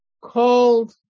called